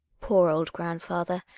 poor old grandfather!